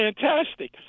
fantastic